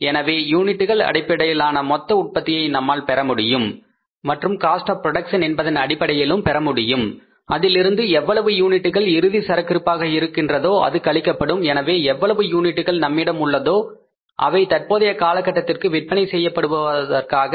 எனவே யூனிட்டுகள் அடிப்படையிலான மொத்த உற்பத்தியை நம்மால் பெற முடியும் மற்றும் காஸ்ட் ஆப் புரோடக்சன் என்பதன் அடிப்படையிலும் பெறமுடியும் அதில் இருந்து எவ்வளவு யூனிட்டுகள் இறுதி சரக்கிருப்பாக இருக்கின்றதோ அது கழிக்கப்படும் எனவே எவ்வளவு யூனிட்டுகள் நம்மிடம் உள்ளதோ அவை தற்போதைய காலகட்டத்திற்கு விற்பனை செய்யப்படுவதற்காக உள்ளன மற்றும் காஸ்ட் ஆப் புரோடக்சன் என்பதும் நம்மிடம் உள்ளது